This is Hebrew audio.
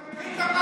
אתה מבין?